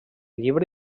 llibre